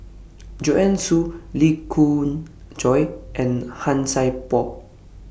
Joanne Soo Lee Khoon Choy and Han Sai Por